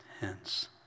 hence